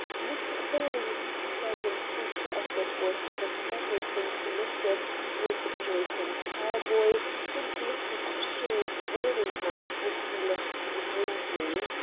not the least pleasant feature of it was that everything connected with joyce and carboy and mrs. shaw's boarding-house would be left behind me.